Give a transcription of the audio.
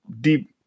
deep